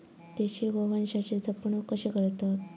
देशी गोवंशाची जपणूक कशी करतत?